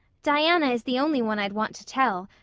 diana is the only one i'd want to tell,